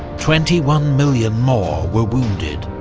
twenty one million more were wounded.